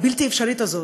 הבלתי-אפשרית הזאת,